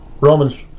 Romans